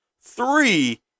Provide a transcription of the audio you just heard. Three